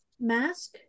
Mask